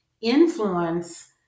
influence